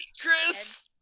Chris